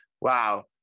Wow